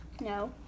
No